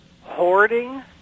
hoarding